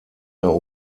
mehr